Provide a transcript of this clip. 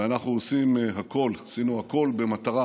ואנחנו עושים הכול, עשינו הכול במטרה